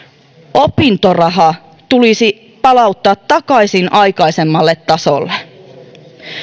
opintoraha tulisi palauttaa takaisin aikaisemmalle tasolle